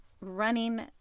running